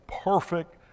perfect